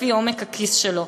לפי עומק הכיס שלו.